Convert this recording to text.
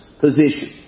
position